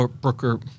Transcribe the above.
broker